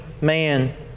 man